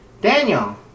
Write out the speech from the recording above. Daniel